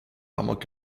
amok